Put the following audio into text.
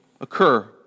occur